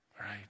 Right